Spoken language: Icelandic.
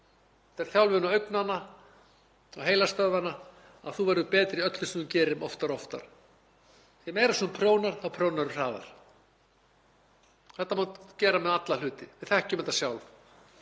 Þetta er þjálfun augnanna og heilastöðvanna. Þú verður betri í öllu sem þú gerir oftar og oftar. Því meira sem þú prjónar þá prjónarðu hraðar. Þetta má gera með alla hluti. Við þekkjum þetta sjálf,